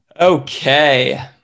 Okay